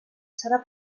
serà